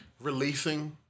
releasing